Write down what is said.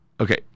Okay